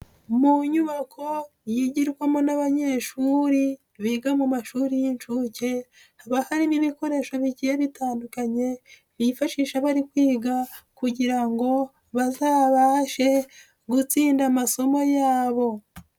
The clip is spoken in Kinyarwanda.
Mu nyubako yigirwamo n'abanyeshuri biga mu mashuri y'inshuke, haba harimo ibikoresho bigeye bitandukanye, bifashisha bari kwiga kugira ngo bazabashe gutsinda amasomo yabo.